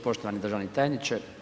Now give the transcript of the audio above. Poštovani državni tajniče.